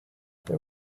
there